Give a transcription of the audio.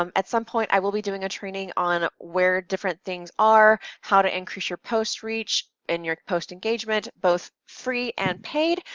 um at some point i will be doing a training on where different things are, how to increase your post reach, and your post engagement, both free and paid,